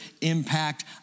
impact